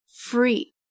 Free